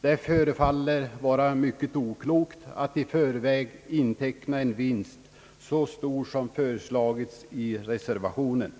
Det förefaller vara mycket oklokt att i förväg inteckna en så stor vinst som föreslagits i reservationen.